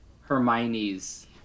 Hermione's